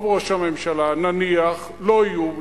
טוב, ראש הממשלה, נניח, לא יהיו.